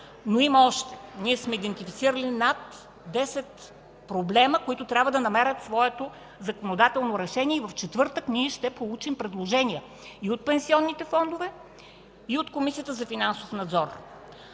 но има още. Ние сме ги идентифицирали – над десет проблема, които трябва да намерят своето законодателно решение. В четвъртък ние ще получим предложения и от пенсионните фондове, и от Комисията за финансов надзор.